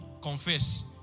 confess